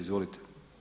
Izvolite.